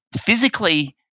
physically